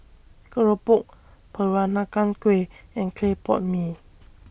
Keropok Peranakan Kueh and Clay Pot Mee